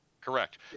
Correct